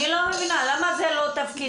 אני לא מבינה למה זה לא תפקידם.